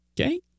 Okay